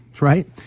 Right